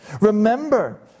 Remember